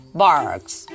barks